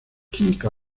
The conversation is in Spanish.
química